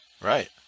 Right